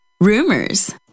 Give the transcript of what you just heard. rumors